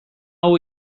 hau